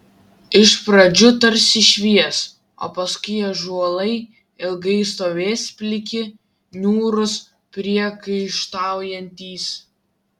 iš pradžių tarsi švies o paskui ąžuolai ilgai stovės pliki niūrūs priekaištaujantys